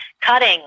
cutting